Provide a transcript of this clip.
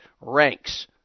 ranks